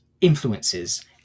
influences